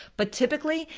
but typically,